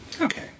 Okay